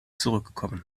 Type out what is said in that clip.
zurückgekommen